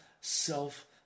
self